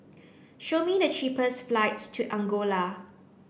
show me the cheapest flights to Angola